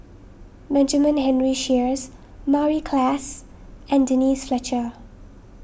Benjamin Henry Sheares Mary Klass and Denise Fletcher